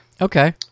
Okay